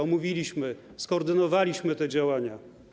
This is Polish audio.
Omówiliśmy, skoordynowaliśmy te działania.